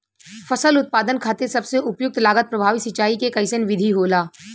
फसल उत्पादन खातिर सबसे उपयुक्त लागत प्रभावी सिंचाई के कइसन विधि होला?